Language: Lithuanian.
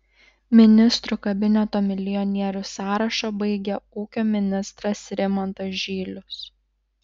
ministrų kabineto milijonierių sąrašą baigia ūkio ministras rimantas žylius